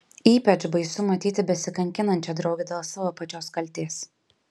ypač baisu matyti besikankinančią draugę dėl savo pačios kaltės